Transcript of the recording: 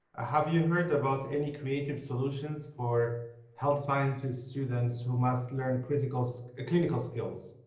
ah have you heard about any creative solutions for health sciences students who must learn clinical so clinical skills?